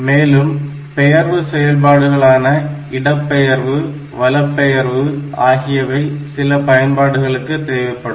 மேலும் பெயர்வு செயல்பாடுகளான இடபெயர்வு வல பெயர்வு ஆகியவை சில பயன்பாடுகளுக்கு தேவைப்படும்